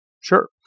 Sure